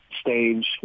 stage